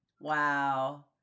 wow